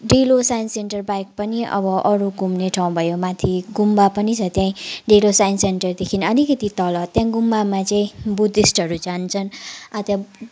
डेलो science centre बाहेक पनि अब अरू घुम्ने ठाउँ भयो माथि गुम्बा पनि छ त्यहीँ डेलो साइन्स सेन्टरदेखि अलिकति तल त्यहाँ गुम्बामा चाहिँ बुद्धिस्टहरू जान्छन् अँ त